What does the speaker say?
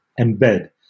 embed